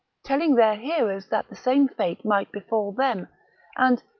telling their hearers that the same fate might befall them and,